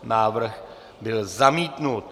Návrh byl zamítnut.